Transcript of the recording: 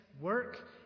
work